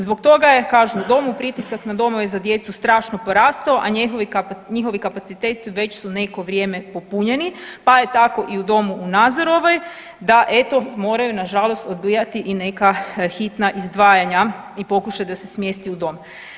Zbog toga je kažu u domu pritisak na domove za djecu strašno porastao, a njihovi kapaciteti već su neko vrijeme popunjeni, pa je tako i u Domu u Nazorovoj da eto moraju eto moraju nažalost odbijati i neka hitna izdvajanja i pokušati da se smjesti u dom.